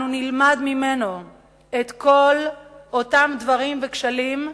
אנחנו נלמד ממנו את כל אותם דברים וכשלים,